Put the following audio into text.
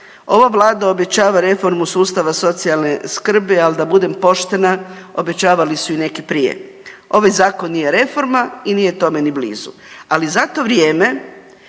ova Vlada obećava reformu sustava socijalne skrbi, ali da budem poštena obećavali su i neki prije. Ovaj zakon nije reforma i nije tome ni blizu. Ali za to vrijeme